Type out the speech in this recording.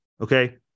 okay